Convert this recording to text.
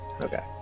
Okay